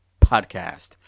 podcast